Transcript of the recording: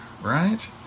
right